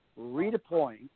redeploying